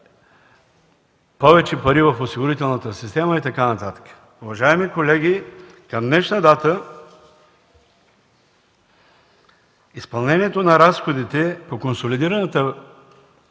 „повече пари в осигурителната система” и така нататък. Уважаеми колеги, към днешна дата изпълнението на разходите по консолидирания